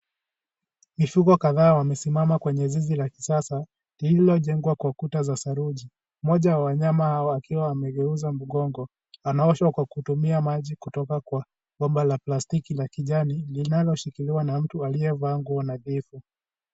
Mifugo kadhaa wamesimama kwenye zizi la kisasa, lililo jengwa kwa kuta za saruji, mmoja wa wanyama hawa akiwa amegeuza mgongo, anaoshwa kwa kutumia maji kutoka kwa, bomba la plastiki la kijani, linaloshikiliwa na mtu aliye vaa nguo nadifu.